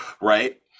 right